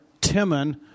Timon